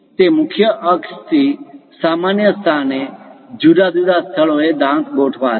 તે મુખ્ય અક્ષ થી સામાન્ય સ્થાને જુદા જુદા સ્થળોએ દાંત ગોઠવાશે